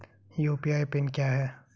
UPI PIN क्या है?